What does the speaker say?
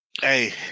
Hey